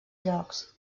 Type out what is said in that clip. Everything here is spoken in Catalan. llocs